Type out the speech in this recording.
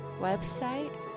website